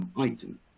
item